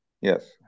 yes